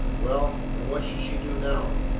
well, and what should she do now?